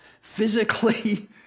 physically